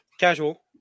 Casual